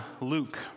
Luke